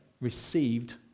received